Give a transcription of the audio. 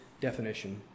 definition